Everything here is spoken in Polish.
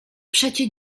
przecie